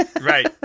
Right